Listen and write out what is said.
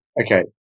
Okay